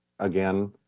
again